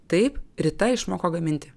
taip rita išmoko gaminti